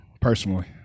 Personally